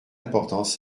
importance